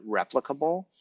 replicable